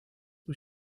was